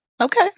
Okay